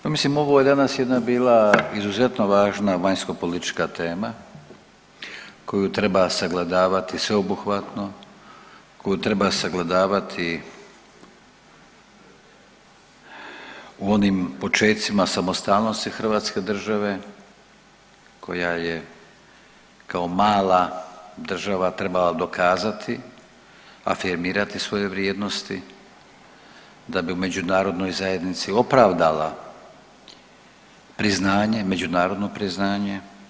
Pa mislim ovo je danas jedna bila izuzetno važna vanjskopolitička tema koju treba sagledavati sveobuhvatno, koju treba sagledavati u onim počecima samostalnosti hrvatske države koja je kao mala država trebala dokazati, afirmirati svoje vrijednosti da bi u međunarodnoj zajednici opravdala priznanje, međunarodno priznanje.